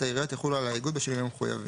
העיריות יחולו על האיגוד בשינויים המחויבים".